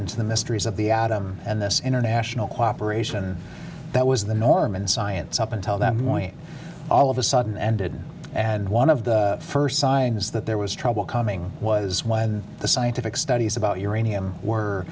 into the mysteries of the atom and this international cooperation that was the norm in science up until that point all of a sudden ended and one of the first signs that there was trouble coming was when the scientific studies about uranium were